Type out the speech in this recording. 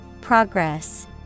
Progress